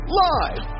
live